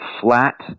flat